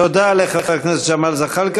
תודה לחבר הכנסת ג'מאל זחאלקה.